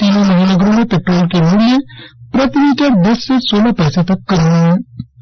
तीनों महानगरों में पेट्रोल के मूल्य प्रति लीटर दस से सोलह पैसे तक कम हुए है